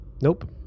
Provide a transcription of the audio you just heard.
Nope